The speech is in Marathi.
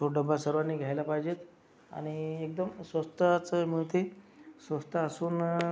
तो डबा सर्वांनी घ्यायला पाहिजेत आणि एकदम स्वस्ताचं मिळते स्वस्त असून